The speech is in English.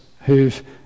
who've